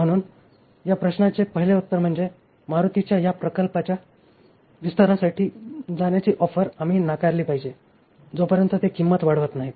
म्हणून या प्रश्नाचे पहिले उत्तर म्हणजे मारुतीच्या या प्रकल्पाच्या विस्तारासाठी जाण्याची ऑफर आम्ही नाकारली पाहिजे जोपर्यंत ते किंमत वाढवत नाहीत